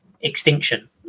extinction